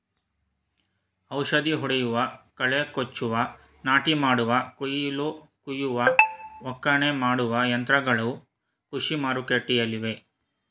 ಔಷಧಿ ಹೊಡೆಯುವ, ಕಳೆ ಕೊಚ್ಚುವ, ನಾಟಿ ಮಾಡುವ, ಕುಯಿಲು ಕುಯ್ಯುವ, ಒಕ್ಕಣೆ ಮಾಡುವ ಯಂತ್ರಗಳು ಕೃಷಿ ಮಾರುಕಟ್ಟೆಲ್ಲಿವೆ